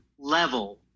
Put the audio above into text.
level